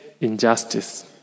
injustice